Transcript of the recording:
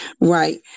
Right